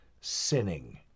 sinning